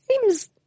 seems